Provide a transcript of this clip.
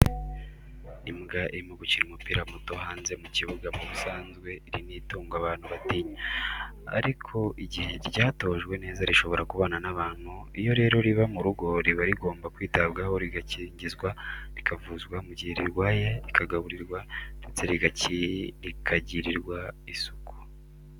Imbwa irimo gukina umupira muto hanze mu kibuga, mu busanzwe iri ni itungo abantu batinya, ariko igihe ryatojwe neza rishobora kubana n'abantu, iyo rero riba mu rugo riba rigomba kwitabwaho rigakingizwa rikavuzwa mu gihe rirwaye rikagaburirwa ndetse rikagirirwa isuku.